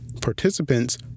participants